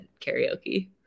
karaoke